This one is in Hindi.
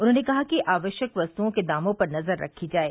उन्होंने कहा कि आवश्यक वस्तुओं के दामों पर नजर रखी जाये